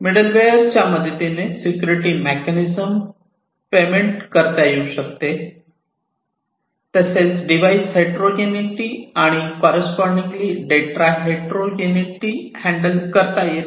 middleware च्या मदतीने security mechanism payment करता येऊ शकते तसेच डिवाइस हेट्रोजीनीटि आणि कॉररेस्पॉन्डिन्गली डेटा हेट्रोजीनीटि हँडल करता येते